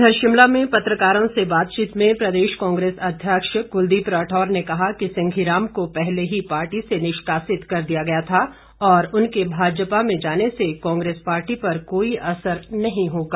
इधर शिमला में पत्रकारों से बातचीत में प्रदेश कांग्रेस अध्यक्ष कुलदीप राठौर ने कहा कि सिंघी राम को पहले ही पार्टी से निष्कासित कर दिया गया था और उनके भाजपा में जाने से कांग्रेस पार्टी पर कोई असर नहीं होगा